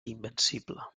invencible